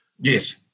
Yes